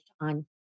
on